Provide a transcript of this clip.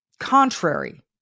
contrary